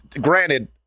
granted